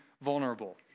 vulnerable